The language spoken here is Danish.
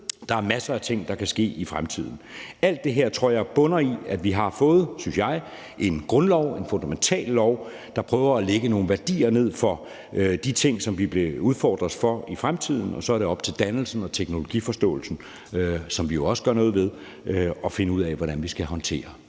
Der er masser af ting, der kan ske i fremtiden. Alt det her tror jeg bunder i, at vi har fået, synes jeg, en grundlov, en fundamental lov, der prøver at lægge nogle værdier ned for de ting, som vi udfordres på i fremtiden, og så er det op til dannelsen og teknologiforståelsen, som vi også gør noget ved, at finde ud af, hvordan vi skal håndtere